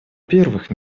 первых